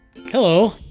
Hello